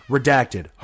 Redacted